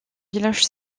village